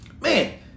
man